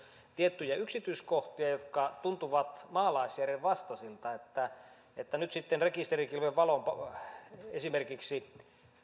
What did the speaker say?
tiettyjä yksityiskohtia jotka tuntuvat maalaisjärjen vastaisilta että että nyt sitten esimerkiksi rekisterikilven valon